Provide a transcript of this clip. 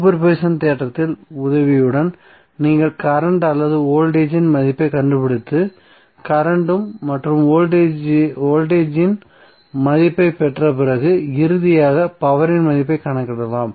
super position தேற்றத்தின் உதவியுடன் நீங்கள் கரண்ட் அல்லது வோல்டேஜ்ஜின் மதிப்பைக் கண்டுபிடித்து கரண்ட்ம் மற்றும் வோல்டேஜ்ஜின் மதிப்பைப் பெற்ற பிறகு இறுதியாக பவரின் மதிப்பைக் கணக்கிடலாம்